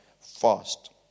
fast